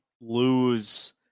lose